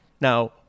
Now